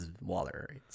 Waller